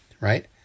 right